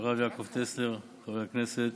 הרב יעקב טסלר, חבר הכנסת,